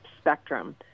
spectrum